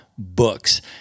books